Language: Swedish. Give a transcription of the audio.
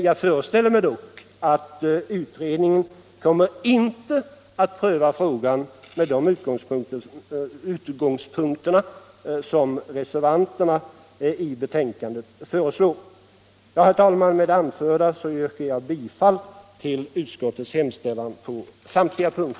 Jag föreställer mig dock att utredningen inte kommer att pröva frågan med de utgångspunkter som reservanterna föreslår. Herr talman! Med det anförda yrkar jag bifall till utskottets hemställan på samtliga punkter.